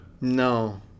No